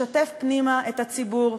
לשתף פנימה את הציבור,